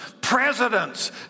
presidents